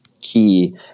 key